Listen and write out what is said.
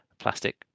plastic